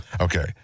Okay